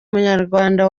munyarwanda